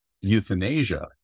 euthanasia